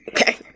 Okay